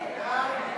להעביר את